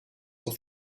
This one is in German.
auf